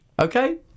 Okay